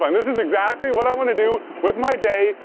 um this is exactly what i want to do with my day,